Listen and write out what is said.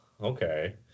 okay